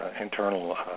internal